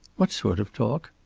what sort of talk?